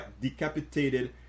decapitated